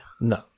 No